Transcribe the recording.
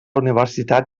universitat